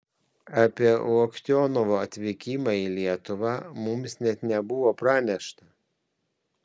apie loktionovo atvykimą į lietuvą mums net nebuvo pranešta